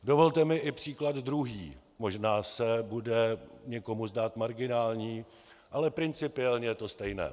Dovolte mi i příklad druhý, možná se bude někomu zdát marginální, ale principiálně je to stejné.